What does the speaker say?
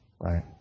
right